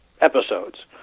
episodes